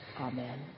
Amen